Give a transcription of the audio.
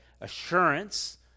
assurance